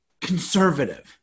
conservative